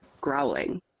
growling